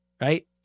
Right